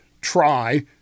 try